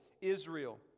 Israel